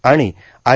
आणि आय